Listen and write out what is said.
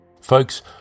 Folks